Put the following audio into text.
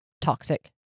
toxic